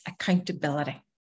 accountability